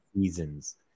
seasons